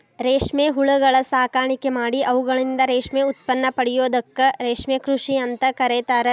ರೇಷ್ಮೆ ಹುಳಗಳ ಸಾಕಾಣಿಕೆ ಮಾಡಿ ಅವುಗಳಿಂದ ರೇಷ್ಮೆ ಉತ್ಪನ್ನ ಪಡೆಯೋದಕ್ಕ ರೇಷ್ಮೆ ಕೃಷಿ ಅಂತ ಕರೇತಾರ